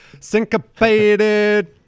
syncopated